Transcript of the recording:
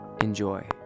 Enjoy